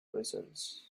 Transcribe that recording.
results